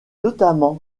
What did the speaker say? notamment